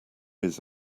his